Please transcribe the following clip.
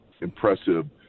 impressive